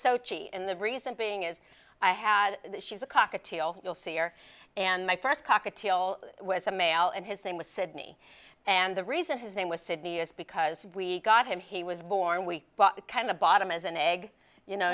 sochi in the recent being is i had that she's a cockatiel you'll see here and my first cockatiel was a male and his name was sydney and the reason his name was sydney is because we got him he was born we bought the kind of bottom as an egg you know